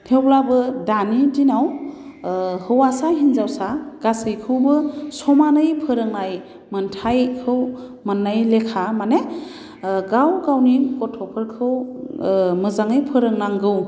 थेवब्लाबो दानि दिनाव हौवासा हिनजावसा गासैखौबो समानै फोरोंनाय मोन्थायखौ मोननाय लेखा माने गाव गावनि गथ'फोरखौ मोजाङै फोरोंनांगौ